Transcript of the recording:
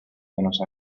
buenos